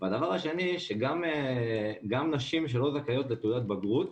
הדבר השני, גם נשים שלא זכאיות לתעודת בגרות,